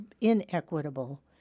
inequitable